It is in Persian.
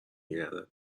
گردد